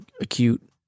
acute